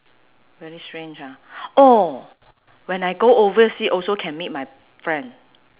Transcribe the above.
very strange ah oh when I go oversea also can meet my friend